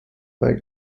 bei